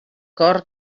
cor